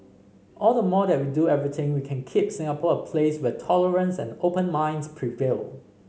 all the more that we do everything we can keep Singapore a place where tolerance and open minds prevail